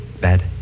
Bad